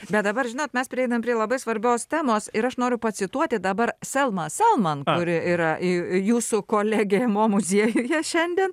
bet dabar žinot mes prieinam prie labai svarbios temos ir aš noriu pacituoti dabar selmą selman kuri yra ju jūsų kolegė mo muziejuje šiandien